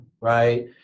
right